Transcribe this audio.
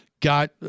got